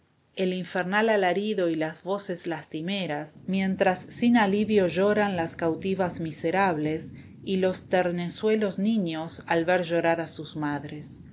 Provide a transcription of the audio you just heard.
el infernal alarido y las voces lastimeras mientras sin alivio lloran las cautivas miserables y los ternezuelos niños al ver llorar a sus madres